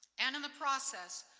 and in the process,